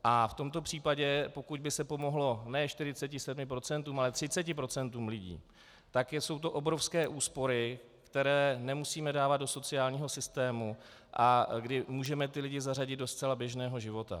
A v tomto případě, pokud by se pomohlo ne 47 procentům, ale 30 procentům lidí, tak jsou to obrovské úspory, které nemusíme dávat do sociálního systému a kdy můžeme ty lidi zařadit do zcela běžného života.